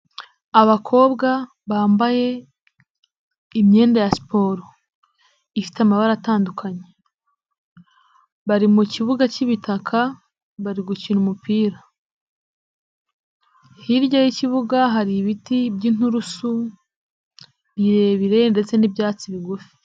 Abakobwa bambaye imyenda ya siporo, ifite amabara atandukanye bari mu kibuga k'ibitaka bari gukina umupira. Hirya y'ikibuga hari ibiti by'inturusu birebire ndetse n'ibyatsi bigufi.